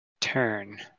Turn